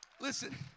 Listen